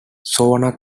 sonar